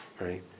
right